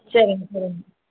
சரிங்க சரிங்க